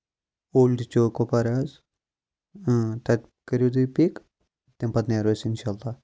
old چوک کۄپوارا حظ اۭں تَتہِ کٔرِو تُہۍ پِک تَمہِ پَتہٕ نیرو أسۍ اِنشاءاللہ